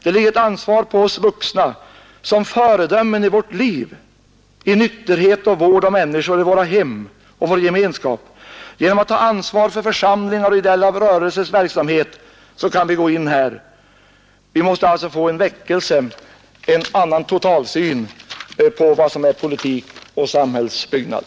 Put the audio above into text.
Det ligger ett ansvar på oss vuxna som föredömen i vårt liv genom nykterhet och vård om människor i våra hem och i vår gemenskap. Genom att ta ansvar för församlingars och ideella rörelsers verksamhet kan vi gå in här. Vi måste få en väckelse, en annan totalsyn på vad som är politik och samhällsbyggnad.